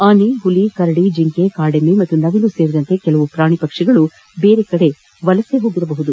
ಆನೆ ಹುಲಿ ಕರಡಿ ಜಿಂಕೆ ಕಾಡೆಮ್ಮೆ ಮತ್ತು ನವಿಲು ಸೇರಿದಂತೆ ಕೆಲವು ಪ್ರಾಣಿ ಪಕ್ಷಿಗಳು ಬೇರೆಡೆ ವಲಸೆ ಹೋಗಿವೆ